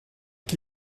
chi